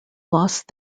lost